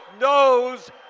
knows